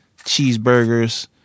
cheeseburgers